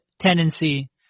tendency